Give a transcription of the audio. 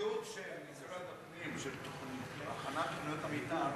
המדיניות של משרד הפנים של הכנת תוכניות המיתאר